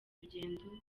urugendo